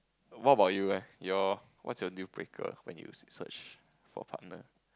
what about you eh your what's your deal breaker when you search for a partner